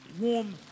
warm